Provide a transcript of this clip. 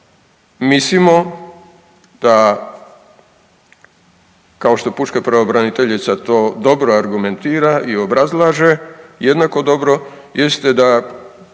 mislimo da kao što pučka pravobraniteljica to dobro argumentira i obrazlaže jednako dobro jeste da